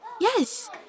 Yes